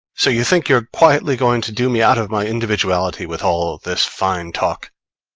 so you think you're quietly going to do me out of my individuality with all this fine talk.